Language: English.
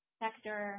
sector